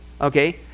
Okay